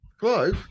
Hello